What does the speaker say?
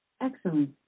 Excellent